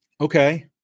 Okay